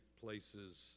places